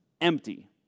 empty